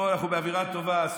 אנחנו באווירה טובה.